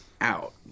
out